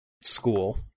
school